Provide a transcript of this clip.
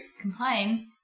complain